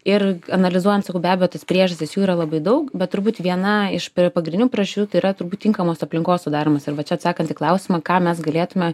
ir analizuojant sakau be abejo tas priežastis jų yra labai daug bet turbūt viena iš pri pagrindinių priežasčių tai yra turbūt tinkamos aplinkos sudarymas ir vat čia atsakant į klausimą ką mes galėtume